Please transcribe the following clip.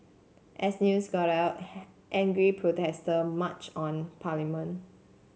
as news got out angry protester marched on parliament